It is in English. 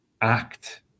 act